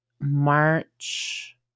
March